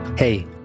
Hey